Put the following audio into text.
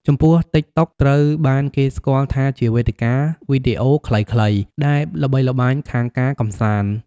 ចំពោះ តិកតុក ត្រូវបានគេស្គាល់ថាជាវេទិកាវីដេអូខ្លីៗ ដែលល្បីល្បាញខាងការកម្សាន្ត។